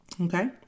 okay